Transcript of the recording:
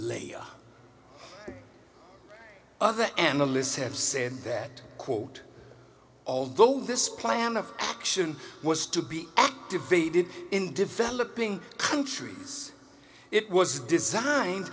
lady other analysts have said that quote although this plan of action was to be activated in developing countries it was designed